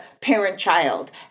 parent-child